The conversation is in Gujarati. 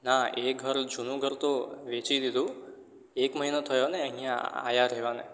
ના એ ઘર જૂનું ઘર તો વેચી દીધું એક મહિનો થયો ને અહીંયા આવ્યા રહેવાને